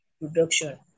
production